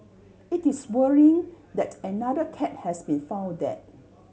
it is worrying that another cat has been found dead